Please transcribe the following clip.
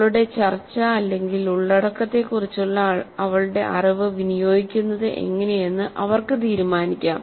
അവളുടെ ചർച്ച ഉള്ളടക്കത്തെക്കുറിച്ചുള്ള അവളുടെ അറിവ് വിനിയോഗിക്കുന്നത് എങ്ങിനെയെന്ന് അവർക്കു തീരുമാനിക്കാം